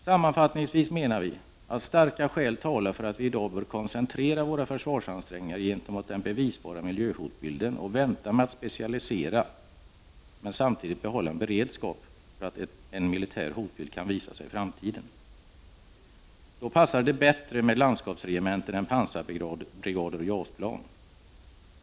Sammanfattningsvis menar vi att starka skäl talar för att vi i dag bör koncentrera våra försvarsansträngningar på den bevisbara miljöhotbilden och vänta med att specialisera, men samtidigt behålla en beredskap med tanke på att en militär hotbild kan visa sig i framtiden. Då passar det bättre med landskapsregementen än med pansarbrigader och JAS-plan.